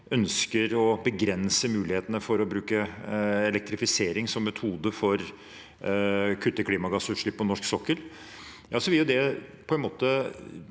ønsker altså å begrense mulighetene for å bruke elektrifisering som metode for å kutte klimagassutslipp på norsk sokkel. Det vil på en måte